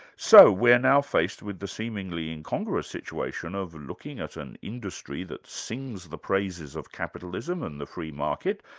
so we're now faced with the seemingly incongruous situation of looking at an industry that sings the praises of capitalism and the free market,